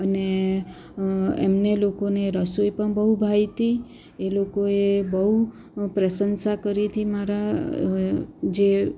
અને એમને લોકોને રસોઈ પણ બહુ ભાવી હતી એ લોકોએ બહુ પ્રશંસા કરી હતી મારા જે